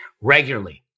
regularly